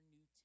New